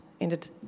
ended